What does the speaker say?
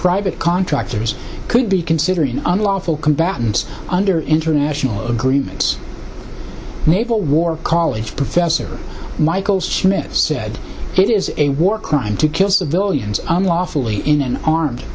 private contractors could be considered unlawful combatants under international agreements naval war college professor michael smith said it is a war crime to kill civilians unlawfully in an armed